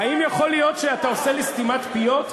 האם יכול להיות שאתה עושה לי סתימת פיות?